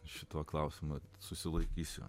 šituo klausimu susilaikysiu